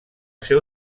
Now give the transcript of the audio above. seu